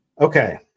Okay